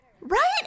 Right